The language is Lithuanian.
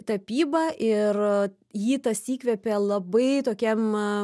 tapybą ir jį tas įkvėpė labai tokiam